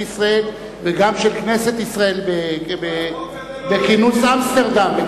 ישראל וגם של כנסת ישראל בכינוס אמסטרדם.